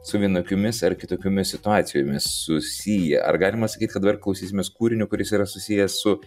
su vienokiomis ar kitokiomis situacijomis susiję ar galima sakyti kad dabar klausysimės kūrinio kuris yra susijęs su